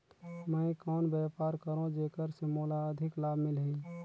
मैं कौन व्यापार करो जेकर से मोला अधिक लाभ मिलही?